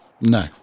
No